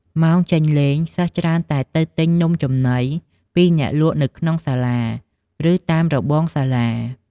ម៉ោងចេញលេង សិស្សច្រើនតែទៅទិញនំចំណី ពីអ្នកលក់នៅក្នុងសាលា ឬតាមរបងសាលា។